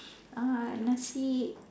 uh nasi